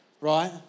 right